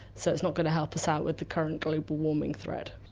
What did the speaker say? so it's not going to help us out with the current global warming threat.